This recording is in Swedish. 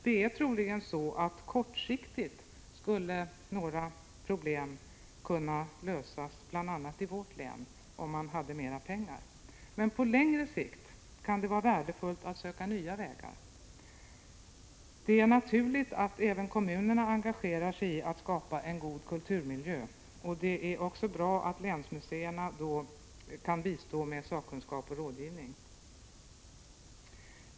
Det är troligen så att några problem kortsiktigt skulle kunna lösas bl.a. i vårt län om man hade mera pengar. Men på längre sikt kan det vara värdefullt att söka nya vägar. Det är naturligt att även kommunerna engagerar sig i arbetet med att skapa en god kulturmiljö. Det är bra att länsmuseerna då kan bistå med sakkunskap och rådgivning.